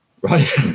right